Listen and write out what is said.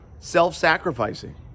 Self-sacrificing